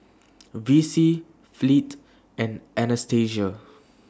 Vicy Fleet and Anastasia